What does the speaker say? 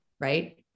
right